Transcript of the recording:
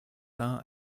dar